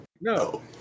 no